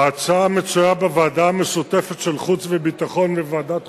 ההצעה מצויה בוועדה המשותפת של ועדת חוץ וביטחון וועדת חוקה,